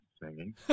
singing